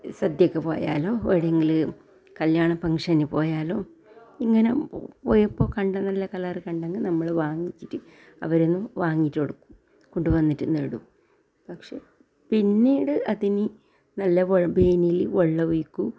സദ്യക്ക് പോയാലും എവിടെങ്കിലും കല്യാണ ഫംഗ്ഷന് പോയാലും ഇങ്ങനെ പോയപ്പോൾ കണ്ട നല്ല കളറ് കണ്ടങ്ങ് നമ്മൾ വാങ്ങിച്ചിട്ട് അവരീന്ന് വാങ്ങീട്ട് കൊടുക്കും കൊണ്ടു വന്നിട്ട് നടും പക്ഷേ പിന്നീട് അതിന് നല്ല വെള്ളമൊഴിക്കും